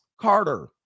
Carter